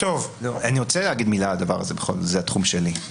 אני רוצה להגיד מילה על הדבר הזה, זה התחום שלי.